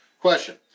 Question